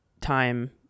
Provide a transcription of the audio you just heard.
time